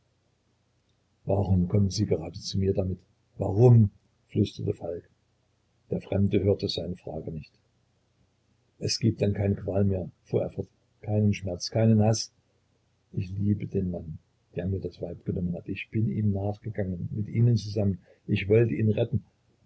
warum kommen sie gerade zu mir damit warum flüsterte falk der fremde hörte seine frage nicht es gibt dann keine qual mehr fuhr er fort keinen schmerz keinen haß ich liebe den mann der mir das weib genommen hat ich bin ihm nachgegangen mit ihnen zusammen ich wollte ihn retten